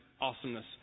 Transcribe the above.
awesomeness